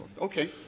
okay